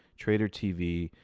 trader tv,